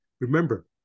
Remember